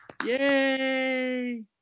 Yay